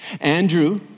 Andrew